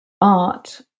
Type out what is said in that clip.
art